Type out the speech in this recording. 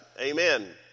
amen